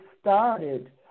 started